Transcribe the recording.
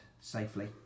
safely